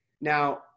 Now